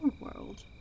world